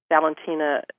Valentina